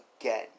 again